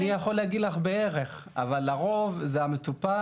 אני יכול להגיד לך בערך, אבל לרוב זה המטופל.